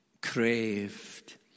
craved